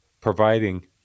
Providing